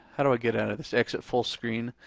how do i get out of this exit full screen?